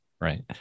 right